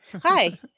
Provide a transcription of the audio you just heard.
Hi